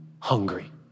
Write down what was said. hungry